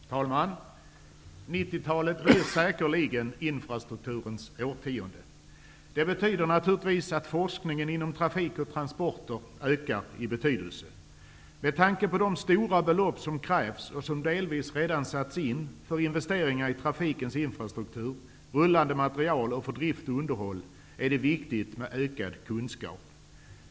Herr talman! 1990-talet blir säkerligen infrastrukturens årtionde. Det betyder naturligtvis att forskningen om trafik och transporter ökar i betydelse. Med tanke på de stora belopp som krävs och som delvis redan investerats i trafikens infrastruktur, rullande material och för drift och underhåll, är det viktigt med ökad kunskap.